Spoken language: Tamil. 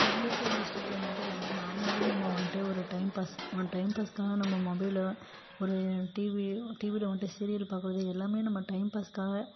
மயிலாடுதுறை டிஸ்ட்ரிக்கில் மட்டும் இல்லாமல் நார்மலாகவே நம்ம வந்ட்டு ஒரு டைம் பாஸ் ஒரு டைம் பாஸ்க்காக நம்ம மொபைலை ஒரு டிவி டிவியில் வந்ட்டு சீரியல் பார்க்குறது எல்லாமே நம்ம டைம் பாஸ்க்காக